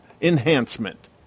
Enhancement